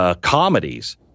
comedies